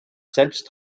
selbst